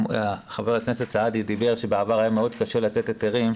חבר הכנסת סעדי אמר שבעבר היה מאוד קשה לתת היתרים.